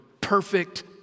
perfect